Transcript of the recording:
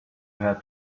had